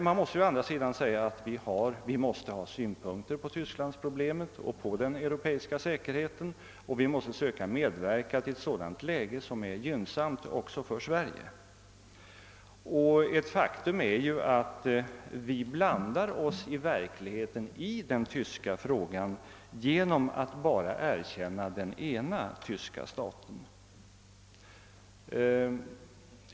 Vi måste emellertid ha synpunkter på tysklandsproblemet och på den europeiska säkerheten, och vi måste försöka medverka till ett läge som är gynnsamt också för Sverige. Ett faktum är att vi i verkligheten blandar oss i den tyska frågan genom att bara erkänna den ena tyska staten.